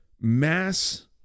mass